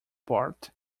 bart